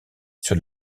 sur